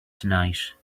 tonight